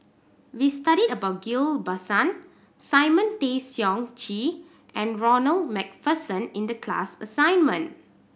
we studied about Ghillie Basan Simon Tay Seong Chee and Ronald Macpherson in the class assignment